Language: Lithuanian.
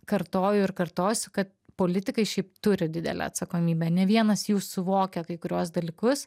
kartoju ir kartosiu kad politikai šiaip turi didelę atsakomybę ne vienas jų suvokia kai kuriuos dalykus